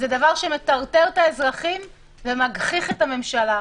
זה דבר שמטרטר את האזרחים ומגחיך את הממשלה.